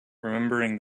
remembering